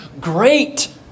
Great